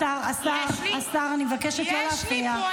היא לא פה.